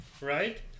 right